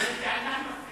אני בניתי על נחמן.